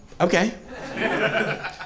Okay